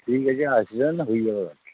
ঠিক আছে আসবেন হয়ে যাবে আর কি